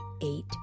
eight